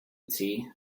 tea